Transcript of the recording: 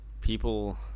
People